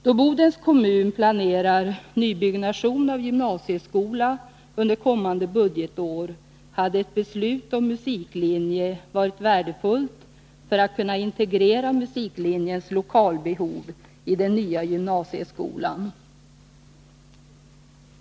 Då Bodens kommun planerar nybyggnation av gymnasieskola under kommande budgetår, hade ett beslut om musiklinje varit värdefullt för möjligheterna till integrering av musiklinjens lokalbehov i den nya gymnasieskolan.